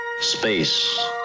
Space